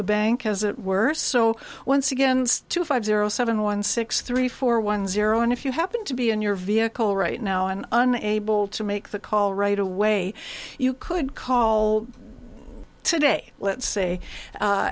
the bank has it worse so once again to five zero seven one six three four one zero and if you happen to be in your vehicle right now and an able to make the call right away you could call today let's say